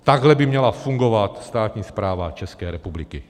Takhle by měla fungovat státní správa České republiky.